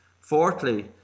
Fourthly